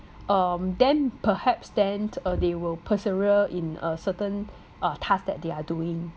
um then perhaps then uh they will persevere in a certain uh task that they are doing